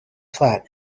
flat